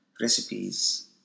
recipes